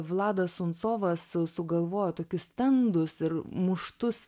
vladas suncovas sugalvojo tokius stendus ir muštus